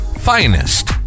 finest